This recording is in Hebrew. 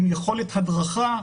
עם יכולת הדרכה,